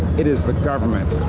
it is the government,